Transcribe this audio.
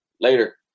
Later